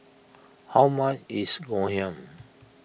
how much is Ngoh Hiang